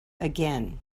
again